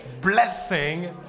blessing